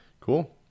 Cool